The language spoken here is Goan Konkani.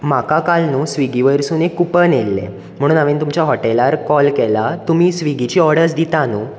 म्हाका काल न्हू स्विगी वयरसून एक कुपन येयल्लें म्हुणून हांवेन तुमच्या हॉटेलार कॉल केला तुमी स्विगीची ऑर्डर्स दिता न्हू